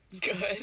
Good